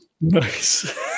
Nice